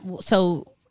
so-